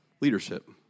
leadership